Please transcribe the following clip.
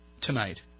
tonight